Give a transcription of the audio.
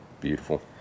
beautiful